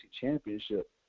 Championship